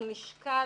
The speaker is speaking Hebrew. הוא נשקל,